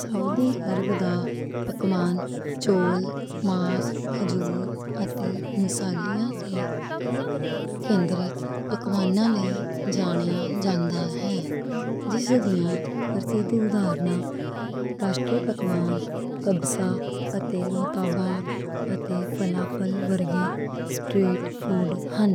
سعودی عرب وچ پکوان چاول، ماس، کھجور تے مصالحیاں تے مرکزیت پکواناں لئی جانے جانا ہے۔ جس دیاں پرسِدھ ادھارن قومی پکوان کبسا تے فلافل ورگا سٹریٹ فوڈ ہن۔